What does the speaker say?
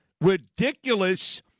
ridiculous